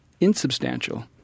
insubstantial